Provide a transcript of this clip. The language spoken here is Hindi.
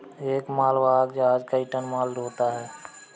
एक मालवाहक जहाज कई टन माल ढ़ोता है